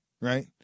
right